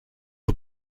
aux